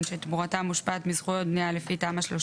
שתמורתה מושפעת מזכויות בניה לפי תמ"א 38"